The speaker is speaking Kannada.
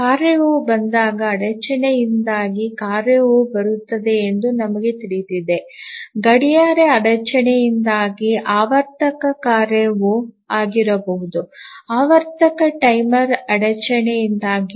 ಕಾರ್ಯವು ಬಂದಾಗ ಅಡಚಣೆಯಿಂದಾಗಿ ಕಾರ್ಯವು ಬರುತ್ತದೆ ಎಂದು ನಮಗೆ ತಿಳಿದಿದೆ ಗಡಿಯಾರ ಅಡಚಣೆಯಿಂದಾಗಿ ಆವರ್ತಕ ಕಾರ್ಯವು ಆಗಿರಬಹುದು ಆವರ್ತಕ ಟೈಮರ್ ಅಡಚಣೆಯಿಂದಾಗಿ